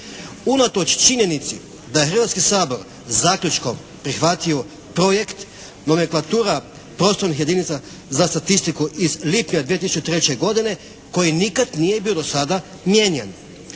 Unatoč činjenici da je Hrvatski sabor zaključkom prihvatio projekt, nomenklatura prostornih jedinica za statistiku iz lipnja 2003. godine koji nikad nije bio do sada mijenjan.